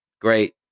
Great